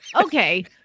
Okay